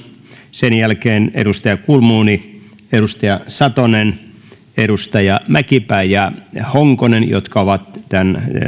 sen jälkeen edustaja kulmuni edustaja satonen edustajat mäkipää ja honkonen jotka ovat tämän